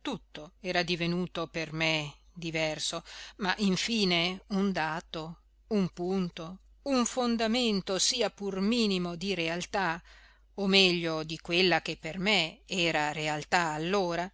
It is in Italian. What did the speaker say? tutto era divenuto per me diverso ma infine un dato un punto un fondamento sia pur minimo di realtà o meglio di quella che per me era realtà allora